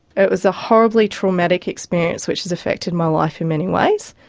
it was a horribly traumatic experience which has affected my life in many ways.